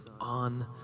on